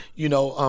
you know?